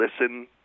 listen